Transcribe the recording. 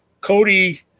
Cody